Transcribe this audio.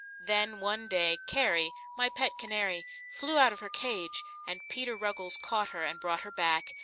then, one day, cary, my pet canary, flew out of her cage, and peter ruggles caught her and brought her back,